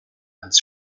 als